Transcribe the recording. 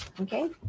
okay